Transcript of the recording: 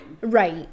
Right